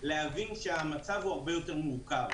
חשוב להבין שהמצב הוא הרבה יותר מורכב,